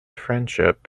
friendship